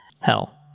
hell